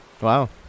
Wow